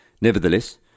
Nevertheless